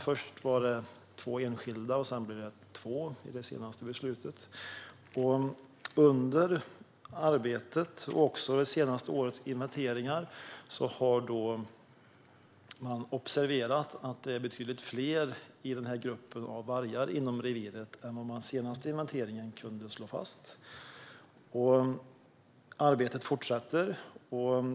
Först gällde det två enskilda individer, och sedan blev det två till i det senaste beslutet. Under arbetet, och även vid det senaste årets inventeringar, har man observerat betydligt fler individer i den grupp av vargar som finns i reviret än vad man kunde slå fast vid den senaste inventeringen. Arbetet fortsätter.